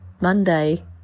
Monday